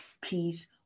peace